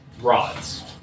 rods